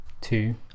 two